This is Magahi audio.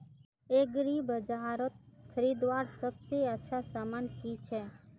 एग्रीबाजारोत खरीदवार सबसे अच्छा सामान की छे?